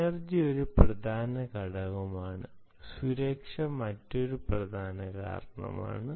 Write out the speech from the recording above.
energy ഒരു വലിയ ഘടകം ആണ് സുരക്ഷ മറ്റൊരു വലിയ കാര്യമാണ്